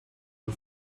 the